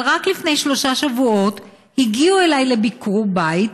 אבל רק לפני שלושה שבועות הגיעו אליי לביקור בית,